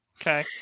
Okay